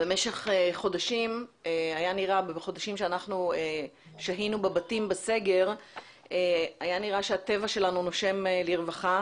בחודשים שאנחנו שהינו בבתים בסגר היה נראה שהטבע שלנו נושם לרווחה.